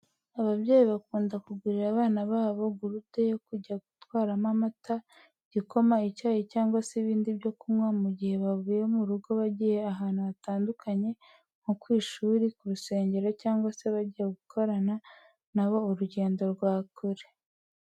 Ababyeyi bakunda kugurira abana babo gurude yo kujya batwaramo amata, igikoma, icyayi cyangwa se ibindi byo kunywa mu gihe bavuye mu rugo bagiye ahantu hatandukanye nko ku ishuri, ku rusengero cyangwa se bagiye gukorana na bo urugendo rwa kure.